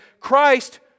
Christ